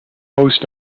host